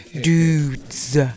dudes